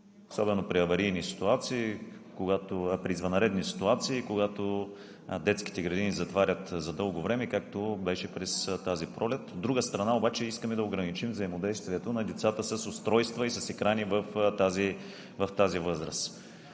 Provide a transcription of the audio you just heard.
особено при извънредни ситуации, когато детските градини затварят за дълго време, както беше през тази пролет. От друга страна обаче, искаме да ограничим взаимодействието на децата с устройства и с екрани в тази възраст.